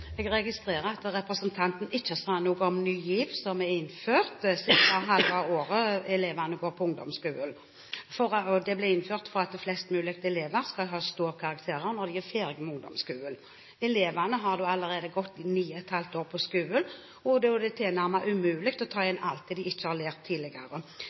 innført det siste halve året elevene går på ungdomsskolen. Det ble innført for at flest mulig elever skal ha ståkarakterer når de er ferdige med ungdomsskolen. Elevene har da allerede gått ni og et halvt år på skolen, og det er tilnærmet umulig å ta inn alt det de ikke har lært tidligere.